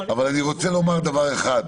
אבל אני רוצה לומר דבר אחד.